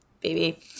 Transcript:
baby